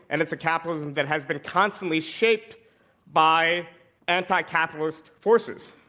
and it's a capitalism that has been constantly shaped by anti-capitalist forces.